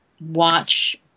watch